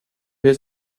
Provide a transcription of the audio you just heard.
his